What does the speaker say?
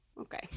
okay